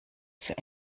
für